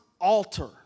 altar